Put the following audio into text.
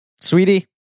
Sweetie